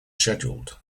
scheduled